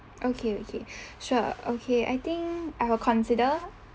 okay okay sure okay I think I will consider